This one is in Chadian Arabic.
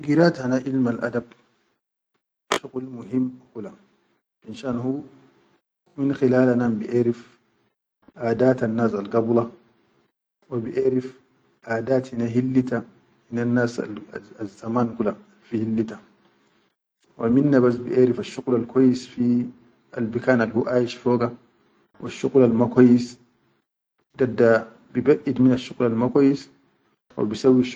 Girat hanal ilmal adab shuqul muhim hu kula minshan min khilala nam biʼerif adatan nas al gabula, wa biʼerif adat hine hillita hinel nas azzaman kula fi hillita wa minna bas biʼerifal shuqul al kwaise fi al bikan al hu aish foga washuqulal ma kwaise dadda bi gaid minal shuqulal ma kwaise wa bi saw.